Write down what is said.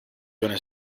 gonna